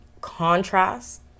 contrast